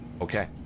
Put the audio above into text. okay